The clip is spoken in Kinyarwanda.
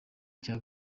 cya